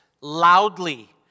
loudly